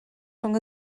rhwng